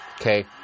okay